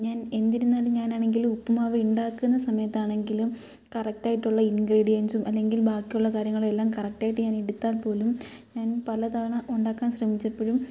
ഞാൻ എന്തിരുന്നാലും ഞാനാണെങ്കിൽ ഉപ്പുമാവ് ഉണ്ടാക്കുന്ന സമയത്താണെങ്കിലും കറക്റ്റായിട്ടുള്ള ഇൻഗ്രീഡിയൻസും അല്ലെങ്കിൽ ബാക്കിയുള്ള കാര്യങ്ങളും എല്ലാം കറക്റ്റായിട്ട് ഞാൻ എടുത്താൽ പോലും ഞാൻ പലതവണ ഉണ്ടാക്കാൻ ശ്രമിച്ചപ്പോഴും